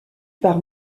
par